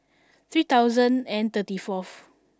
three thousand and thirty fourth